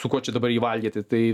su kuo čia dabar jį valgyti tai